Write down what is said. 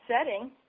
setting